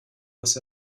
dass